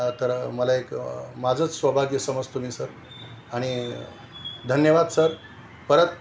तर मला एक माझंच सौभाग्य समजतो मी सर आणि धन्यवाद सर परत